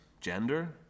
Gender